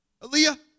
Aaliyah